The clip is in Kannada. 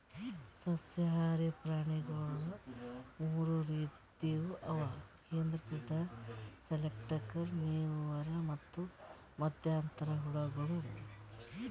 ಸಸ್ಯಹಾರಿ ಪ್ರಾಣಿಗೊಳ್ ಮೂರ್ ರೀತಿವು ಅವು ಕೇಂದ್ರೀಕೃತ ಸೆಲೆಕ್ಟರ್, ಮೇಯುವವರು ಮತ್ತ್ ಮಧ್ಯಂತರ ಹುಳಗಳು